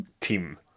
team